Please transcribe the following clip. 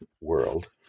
world